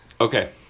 okay